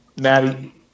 Maddie